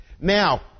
Now